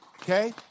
Okay